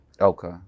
Okay